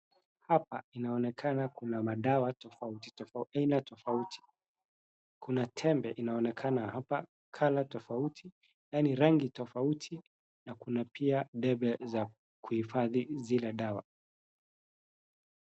Hapa inaonekana kuna madawa za aina tofauti. Kuna tembe inaonekana hapa colour tofauti yaani rangi tofauti na kuna pia debe za kuifadhi zile dawa.